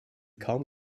kaum